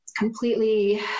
completely